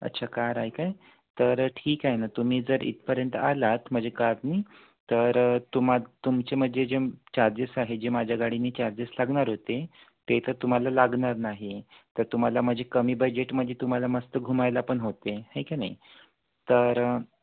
अच्छा कार आहे काय तर ठीक आहे ना तुम्ही जर इथपर्यंत आलात मजे कारनी तर तुमा तुमचे म्हणजे जे चार्जेस आहे जे माझ्या गाडीनी चार्जेस लागणार होते ते तर तुम्हाला लागणार नाही तर तुम्हाला माझे कमी बजेट म्हणजे तुम्हाला मस्त घुमायला पण होते के आहे का नाही तर